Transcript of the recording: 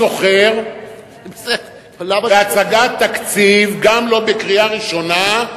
אני לא זוכר בהצגת תקציב, גם לא בקריאה ראשונה,